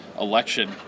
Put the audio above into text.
election